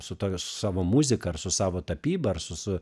su tokiu savo muzika ir su savo tapyba ar su su